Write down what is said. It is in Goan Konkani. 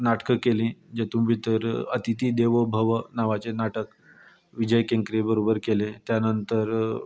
नाटकां केलीं जेतून भितर अतिति देवो भव नांवाचें नाटक विजय केंकरे बरोबर केलें त्या नंतर